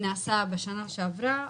שנעשה בשנה שעברה,